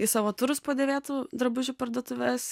į savo turus po dėvėtų drabužių parduotuves